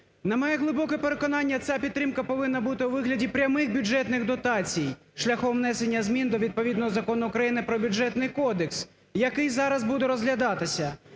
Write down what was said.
На моє глибоке переконання ця підтримка повинна бути у вигляді прямих бюджетних дотацій, шляхом внесення змін до відповідного Закону України "Про Бюджетний кодекс", який зараз буде розглядатися.